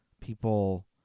people